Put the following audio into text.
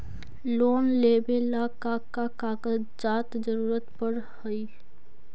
Loan लेवेला का का कागजात जरूरत पड़ हइ?